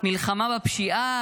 מלחמה בפשיעה,